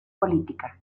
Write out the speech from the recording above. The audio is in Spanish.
política